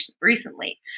recently